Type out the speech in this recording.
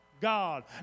God